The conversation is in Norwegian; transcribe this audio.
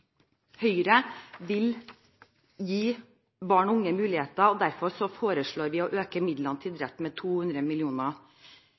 Høyre vil gi barn og unge muligheter. Derfor foreslår vi å øke midlene til